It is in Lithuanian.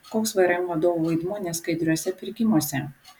koks vrm vadovų vaidmuo neskaidriuose pirkimuose